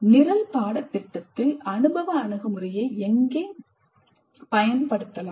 நிரல் பாடத்திட்டத்தில் அனுபவ அணுகுமுறையை எங்கே பயன்படுத்தலாம்